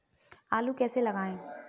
आलू कैसे लगाएँ?